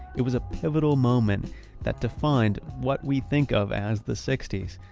it was a pivotal moment that defined what we think of as the sixty s.